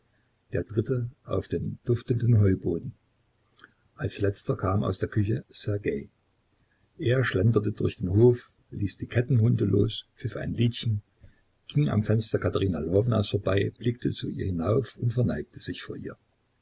der dritte auf den duftenden heuboden als letzter kam aus der küche ssergej er schlenderte durch den hof ließ die kettenhunde los pfiff ein liedchen ging am fenster katerina lwownas vorbei blickte zu ihr hinauf und verneigte sich vor ihr